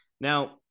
Now